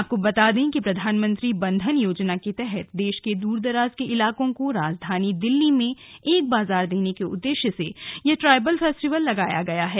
आपको बता दें कि प्रधानमंत्री बंधन योजना के तहत देश के दूरदराज के इलाकों को राजधानी दिल्ली में एक बाजार देने के उद्देश्य से यह ट्राइबल फेस्टिवल लगाया गया है